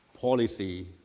policy